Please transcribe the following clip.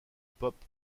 pope